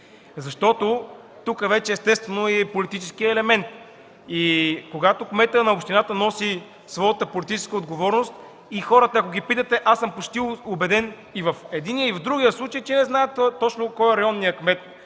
Защото тук, естествено, вече е политическият елемент. Когато кметът на общината носи своята политическа отговорност и хората, ако ги питате, аз съм почти убеден и в единия, и в другия случай, че не знаят кой е точно районният кмет,